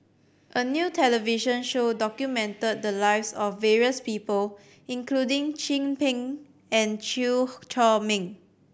a new television show documented the lives of various people including Chin Peng and Chew Chor Meng